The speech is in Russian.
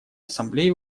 ассамблеи